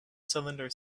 cylinder